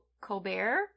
Colbert